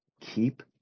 keep